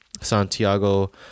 santiago